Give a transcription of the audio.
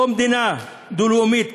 או מדינה דו-לאומית,